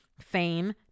fame